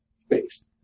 space